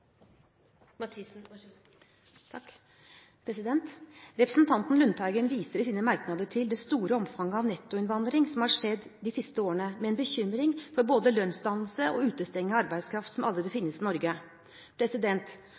det store omfanget av nettoinnvandring som har skjedd de siste årene, med en bekymring for både lønnsdannelse og utestengelse av arbeidskraft som allerede finnes i Norge.